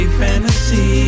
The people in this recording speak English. fantasy